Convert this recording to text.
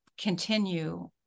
continue